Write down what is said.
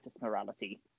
morality